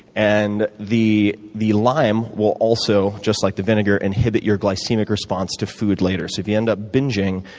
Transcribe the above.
and the the lime will also, just like the vinegar, inhibit your glycemic response to food later. so if you end up binging,